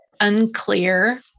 unclear